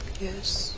Yes